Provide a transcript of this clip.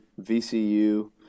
VCU